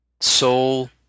soul